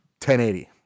1080